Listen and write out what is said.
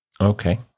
Okay